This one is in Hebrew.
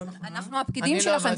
אנחנו הפקידים שלכם,